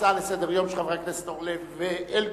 הצעות לסדר-היום של חברי הכנסת אורלב ואלקין.